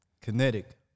Kinetic